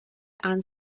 and